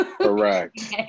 Correct